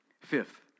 Fifth